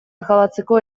akabatzeko